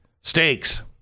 stakes